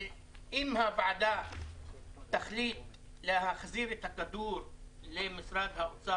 אם הוועדה תחליט להחזיר את הכדור למשרד האוצר,